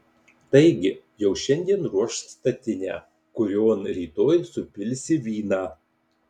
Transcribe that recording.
taigi jau šiandien ruošk statinę kurion rytoj supilsi vyną